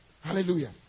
Hallelujah